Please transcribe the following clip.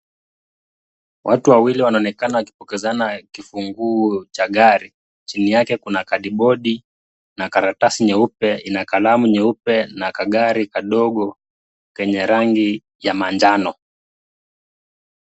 Watu wawili wanaonekana wakipokezana kifunguo cha gari. Chini yake kuna kadibodi na karatasi nyeupe ina kalamu nyeupe na kagari kadogo kenye rangi ya manjano.